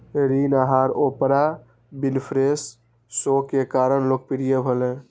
ऋण आहार Oprah Winfrey show के कारण लोकप्रिय भेलै